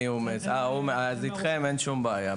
אתכם אין בעיה.